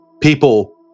People